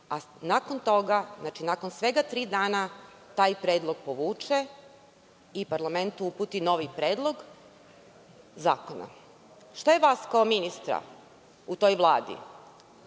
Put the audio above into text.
a nakon toga, nakon tri dana taj predlog povuče i parlamentu uputi novi predlog zakona. Šta je vas kao ministra u toj vladi